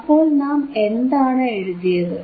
അപ്പോൾ നാം എന്താണ് എഴുതിയത്